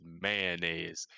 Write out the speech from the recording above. mayonnaise